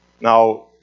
Now